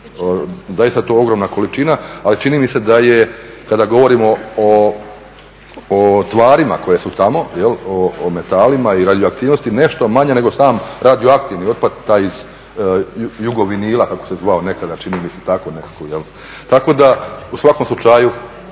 zaista je to ogromna količina ali čini mi se da je kada govorimo o tvarima koje su tamo o metalima i radioaktivnosti nešto manja nego sam radioaktivni otpad taj iz Jugovinila kako se zvao, tako nekako. Tako da u svakom slučaju